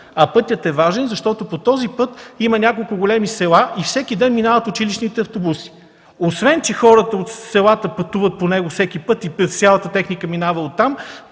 А пътят е важен, защото по този път има няколко големи села и всеки ден минават училищните автобуси. Освен, че по него всеки път пътуват хората от селата и цялата техника минава оттам,